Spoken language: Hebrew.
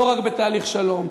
לא רק בתהליך שלום,